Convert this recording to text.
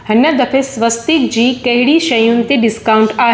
हिन दफ़े स्वस्तिक जी कहिड़ी शयुनि ते डिस्काउंट आहे